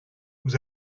vous